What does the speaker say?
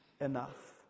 enough